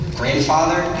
grandfather